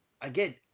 Again